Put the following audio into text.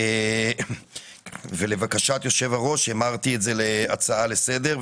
אבל לבקשת יושב הראש המרתי את זה להצעה לסדר.